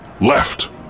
Left